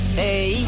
hey